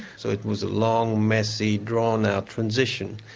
so it was a long, messy, drawn-out transition.